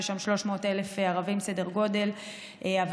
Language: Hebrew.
שיש שם סדר גודל של 300,000 ערבים,